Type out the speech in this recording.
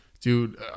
dude